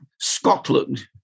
Scotland